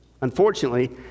Unfortunately